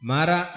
Mara